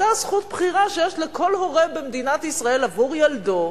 אותה זכות בחירה שיש לכל הורה במדינת ישראל עבור ילדו,